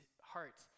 heart